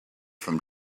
from